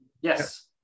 Yes